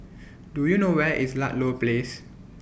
Do YOU know Where IS Ludlow Place